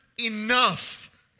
enough